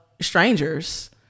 strangers